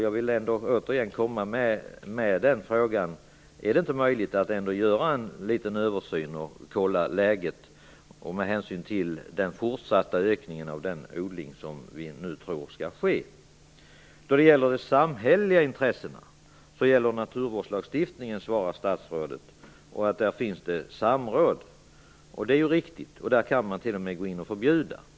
Jag vill därför återigen ställa frågan om det inte är möjligt att göra en liten översyn och kolla läget med hänsyn till den, som vi nu tror, fortsatta ökningen av salixodling. När det gäller de samhälleliga intressena gäller naturvårdslagstiftningen, svarade statsrådet, och där finns samråd. Det är ju riktigt, och där kan man t.o.m. gå in och få till stånd ett förbud.